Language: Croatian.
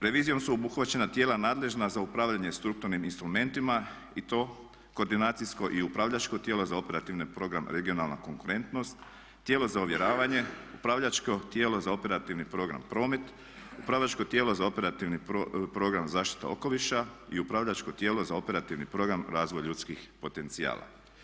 Revizijom su obuhvaćena tijela nadležna za upravljanje strukturnim instrumentima i to koordinacijsko i upravljačko tijelo za operativni program regionalna konkurentnost, tijelo za ovjeravanje, upravljačko tijelo za operativni program promet, upravljačko tijelo za operativni program zaštita okoliša i upravljačko tijelo za operativni program razvoj ljudskih potencijala.